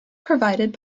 provided